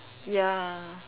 ya